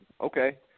Okay